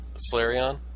Flareon